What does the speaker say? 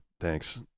Thanks